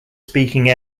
speaking